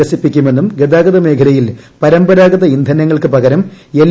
വികസിപ്പിക്കുമെന്നും ഗതാഗതമേഖലയിൽ പരമ്പരാഗത ഇന്ധനങ്ങൾക്ക് പകരം എൽ